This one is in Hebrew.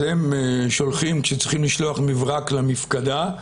כשצריכים לשלוח מברק למפקדה,